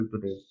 today